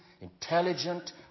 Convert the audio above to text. intelligent